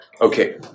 Okay